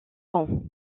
front